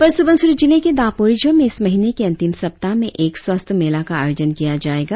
अपर सुबनसिरी जिले के दापोरिजो में इस महिने के अंतिम सप्ताह में एक स्वास्थ्य मेला का आयोजन किया जाएगा